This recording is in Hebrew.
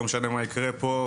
לא משנה מה יקרה פה,